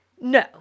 No